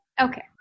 Okay